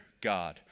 God